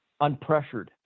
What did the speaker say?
unpressured